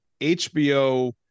HBO